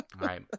right